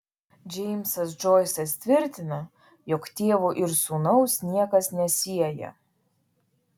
džeimsas džoisas tvirtina jog tėvo ir sūnaus niekas nesieja